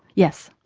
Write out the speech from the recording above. yes,